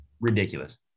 ridiculous